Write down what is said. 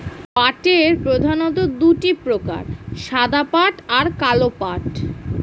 পাটের প্রধানত দুটি প্রকার সাদা পাট আর কালো পাট